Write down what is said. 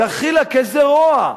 דחילק, איזה רוע.